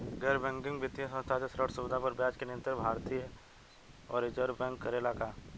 गैर बैंकिंग वित्तीय संस्था से ऋण सुविधा पर ब्याज के नियंत्रण भारती य रिजर्व बैंक करे ला का?